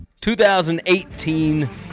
2018